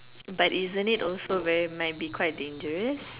but isn't it also very might be quite dangerous